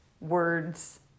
words